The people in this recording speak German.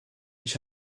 ich